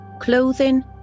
clothing